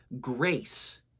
grace